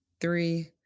three